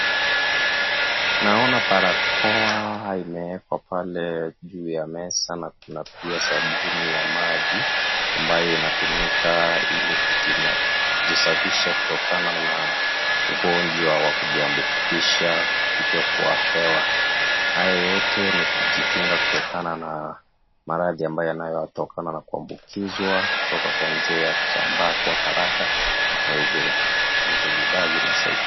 Naona barakoa imeekwa pale juu ya mesa na kuna pia sabuni ya maji ambayo inatumika ili kujisafisha kutokana na ugonjwa wa kujiambukisha kupitia kwa hewa. Hayo yote ni kujikinga kutokana na maradhi ambayo yanatokana na kuambukizwa, kutoka kwa njia ya kusambaa kwa haraka, na kwa hivyo hizo bidhaa vinasaidia.